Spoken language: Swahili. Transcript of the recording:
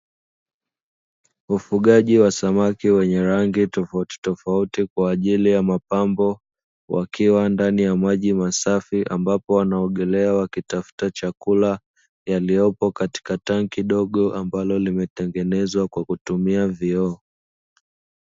Ufugaji wa samaki wenye rangi tofauti tofauti, kwa ajili ya mapambo wakiwa ndani ya maji masafi, ambapo wanaogelea wakitafuta chakula yaliyoko katika tanki dogo ambalo limetengenezwa kwa kutumia vioo.